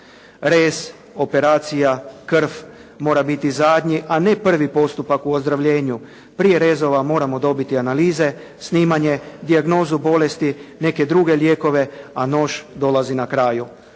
Rez, operacija, krv mora biti zadnji a ne prvi postupak u ozdravljenju. Prije rezova moramo dobiti analize, snimanje, dijagnozu bolesti, neke druge lijekove a nož dolazi na kraju.